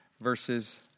verses